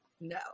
No